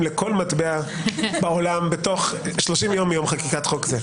לכל מטבע בעולם בתוך 30 ימים מיום חקיקת חוק זה.